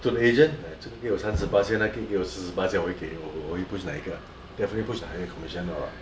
to the agent ah 这个给我三十巴仙那个可以给我四十八仙我会给我我哪一个 definitely push the higher commission [one] [what]